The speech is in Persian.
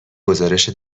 گزارش